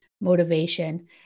motivation